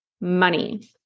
money